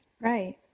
Right